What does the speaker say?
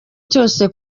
cyose